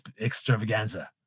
extravaganza